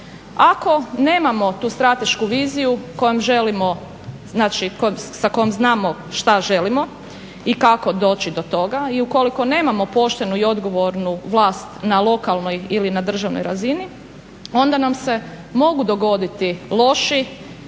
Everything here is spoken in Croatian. Ako nemamo tu stratešku viziju kojom želimo, znači sa kojom znamo šta želimo i kako doći do toga. I ukoliko nemamo poštenu i odgovornu vlast na lokalnoj ili na državnoj razini onda nam se mogu dogoditi loši